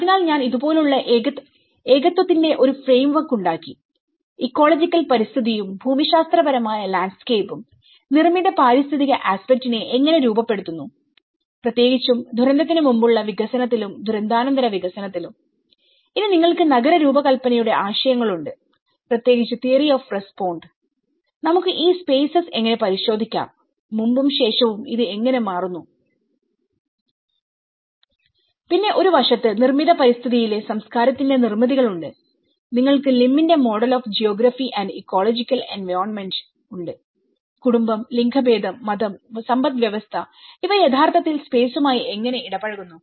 അതിനാൽ ഞാൻ ഇതുപോലെ ഉള്ള ഏകത്വതിന്റെ ഒരു ഫ്രെയിംവർക്ക് ഉണ്ടാക്കിഇക്കോളജിക്കൽ പരിസ്ഥിതിയും ഭൂമിശാസ്ത്രപരമായ ലാൻഡ്സ്കേപ്പും നിർമ്മിത പാരിസ്ഥിതിക ആസ്പെക്റ്റിനെ എങ്ങനെ രൂപപ്പെടുത്തുന്നു പ്രത്യേകിച്ചും ദുരന്തത്തിന് മുമ്പുള്ള വികസനത്തിലും ദുരന്താനന്തര വികസനത്തിലുംഇനി നിങ്ങൾക്ക് നഗര രൂപകൽപ്പനയുടെ ആശയങ്ങൾ ഉണ്ട് പ്രത്യേകിച്ച് തിയറി ഓഫ് റെസ്പോണ്ട്നമുക്ക് ഈ സ്പേസസ് എങ്ങനെ പരിശോധിക്കാം മുമ്പും ശേഷവും ഇത് എങ്ങനെ മാറുന്നു പിന്നെ ഒരു വശത്തു നിർമ്മിത പരിതസ്ഥിതിയിലെ സംസ്കാരത്തിന്റെ നിർമ്മിതികൾ ഉണ്ട് നിങ്ങൾക്ക് ലിം ന്റെ model of geography and ecological എൻവായോൺമെന്റ്Lims model of geography and ecological environmentഉണ്ട് കുടുംബം ലിംഗഭേദം മതം സമ്പദ്വ്യവസ്ഥ ഇവ യഥാർത്ഥത്തിൽ സ്പേസുമായി എങ്ങനെ ഇടപഴകുന്നു